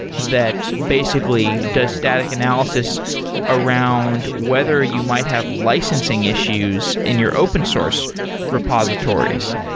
that basically does static analysis around whether you might have licensing issues in your open source repositories.